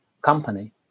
company